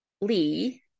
lee